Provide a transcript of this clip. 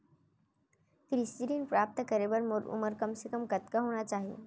कृषि ऋण प्राप्त करे बर मोर उमर कम से कम कतका होना चाहि?